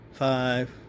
Five